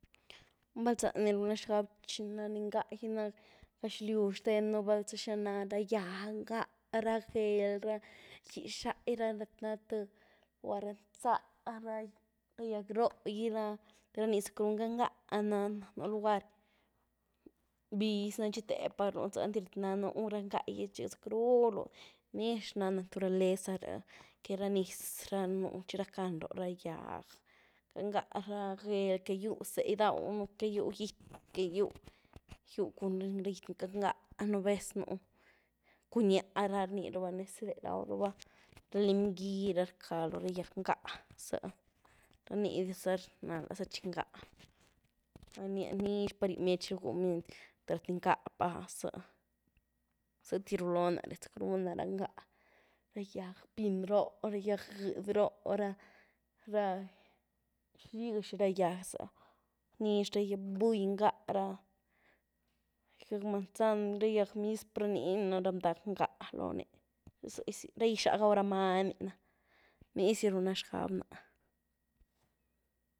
Vál za nii runia xgab, txi nany ngá gy ná gëxlyw xtennú, vál z axina nany, rá gýag ngá, rá géel rá, gýx-xáy ra ni ná thë lugar nzá ra gýag róh gy rá te rá ni zackruu, ngáh- ngáh nany, nú lugar mbiz nii txi thépa rluwny zy, einty náh núh’ ra ngá’gy txi zackrúh rluyny, nix ná naturaleza rë’h, rá niz rá nuh, txi rackan rooh ra gýag, ngáh-ngáh ra, géhl que gýw zé’h gydawnu, que gýw gít, que gýw gúw cun ra gít ngáh-ngáh, nú vez nú cuniá’h rni rabá nez ré raw rabá, r alim-gý ra rcá loh ra gýag ngáhza rá nii dizah rná láza’h txi ngáh, nía nix pa ryw bmiety txi rgwy bmiety laty’ ngáh pázy, zeyty rluloo naré zacrú ná rá ngáh, rá gýag pín roh, rá gýag gëedy roh ra-ra, xigazy xi ra gýag za nix ra gýag buy ngá ra gýag manzan ra gýag mizpr ra nii ni ná ra bndag ngáh lonii zeizy, ra’ gyxá gaw rá many na, neizy riwnáxgáb náh.